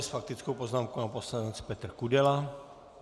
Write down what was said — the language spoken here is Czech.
S faktickou poznámkou pan poslanec Petr Kudela.